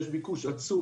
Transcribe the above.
יש ביקוש עצום,